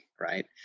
right